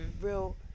real